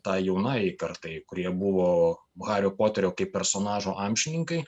tai jaunajai kartai kurie buvo hario poterio kaip personažo amžininkai